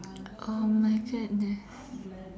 oh my goodness